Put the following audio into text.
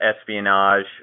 espionage